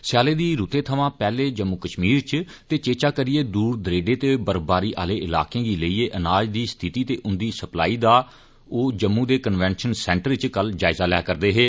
सझांलै दी रूतै थमां पैहले जम्मू कष्मीर इच ते चैचा करियै दूर दरेड़े ते बर्फभारी आहले इलाकें गी लेइयै अनाज दी स्थिति ते उंदी सप्लाई दा ओह जम्मू दे कन्वैंषन सैंटर इच कल जायजा लैं रदे हे